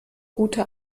gute